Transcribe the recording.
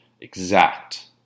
exact